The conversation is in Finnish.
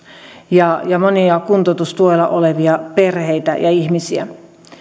ja monia kuntoutustuella olevia perheitä ja ihmisiä